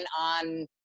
on